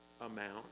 amount